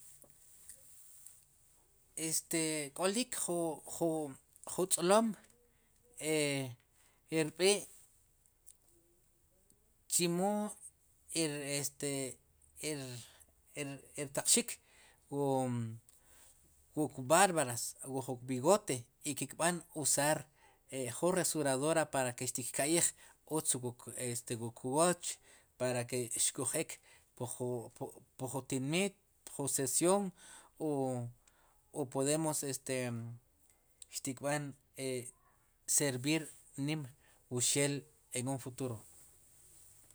Este k'olik ju, ju, jutz'lom e rb'i' chimo e este e er ertaqxik wuk bárbaras wu jun kb'igote i ke kb'an usar ju rasuradora ke xtikka'yij este wuk wooch para ke uxkuj eek pu jun tinmiit, pju sesión o podemo e te xtikb'an e servir nim wu xel en un futuro.